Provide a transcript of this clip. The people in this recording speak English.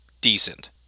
decent